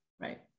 Right